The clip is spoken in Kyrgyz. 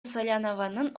салянованын